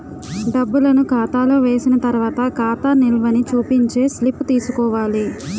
డబ్బులను ఖాతాలో వేసిన తర్వాత ఖాతా నిల్వని చూపించే స్లిప్ తీసుకోవాలి